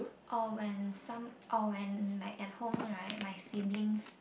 or when some or when like at home right my siblings